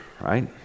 right